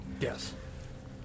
Yes